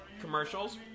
commercials